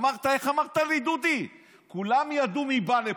איך אמרת לי: דודי, כולם ידעו מי בא לפה.